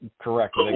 correct